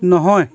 নহয়